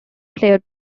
played